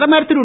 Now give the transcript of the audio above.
பிரதமர் திரு